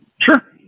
Sure